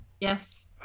Yes